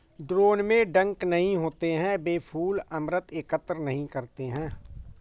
drone में डंक नहीं होते हैं, वे फूल अमृत एकत्र नहीं करते हैं